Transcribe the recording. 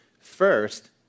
first